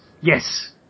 Yes